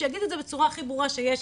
שיגיד את זה בצורה הכי ברורה שיש,